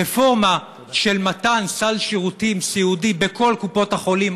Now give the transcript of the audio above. רפורמה של מתן סל שירותים סיעודי בכל קופות-החולים,